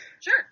Sure